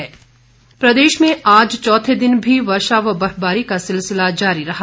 मौसम प्रदेश में आज चौथे दिन भी वर्षा व बर्फबारी का सिलसिला जारी रहा